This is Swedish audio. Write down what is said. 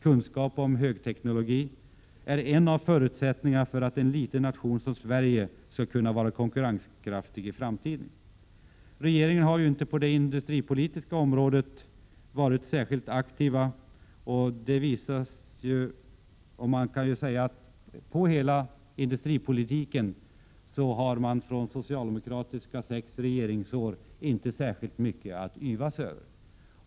Kunskaper om högteknologi är en av förutsättningarna för att en liten nation som Sverige skall kunna vara konkurrenskraftig i framtiden. På det industripolitiska området har dock regeringen inte varit särskilt aktiv. När det gäller industripolitiken som helhet finns det, efter sex socialdemokratiska regeringsår, inte särskilt mycket att yvas över.